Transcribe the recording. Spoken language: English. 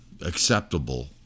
acceptable